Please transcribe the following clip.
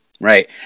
right